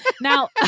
Now